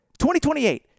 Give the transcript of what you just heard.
2028